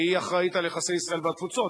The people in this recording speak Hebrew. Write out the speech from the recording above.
שהיא אחראית על יחסי ישראל והתפוצות.